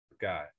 guy